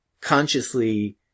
consciously